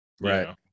Right